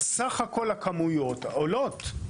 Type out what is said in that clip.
בסך הכול הכמויות עולות.